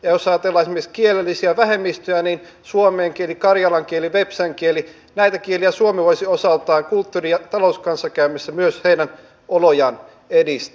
ja jos ajatellaan esimerkiksi kielellisiä vähemmistöjä suomen kielen karjalan kielen vepsän kielen näitten kielten suomi voisi osaltaan kulttuuri ja talouskanssakäymisessä myös heidän olojaan edistää